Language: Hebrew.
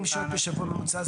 140 שעות בשבוע ממוצע,